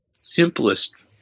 Simplest